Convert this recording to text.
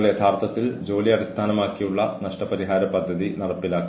ഇത് ജീവനക്കാരുടെ ഇടപഴകൽ വർദ്ധിപ്പിക്കുന്നു